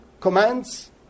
commands